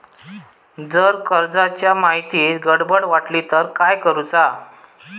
जर कर्जाच्या माहितीत गडबड वाटली तर काय करुचा?